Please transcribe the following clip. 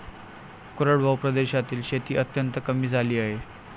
कोरडवाहू प्रदेशातील शेती अत्यंत कमी झाली आहे